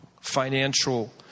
financial